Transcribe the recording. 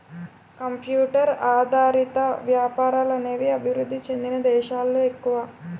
computer ఆధారిత వ్యాపారాలు అనేవి అభివృద్ధి చెందిన దేశాలలో ఎక్కువ